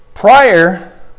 Prior